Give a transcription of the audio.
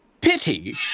Pity